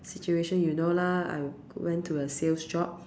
situation you know lah I went to a sales job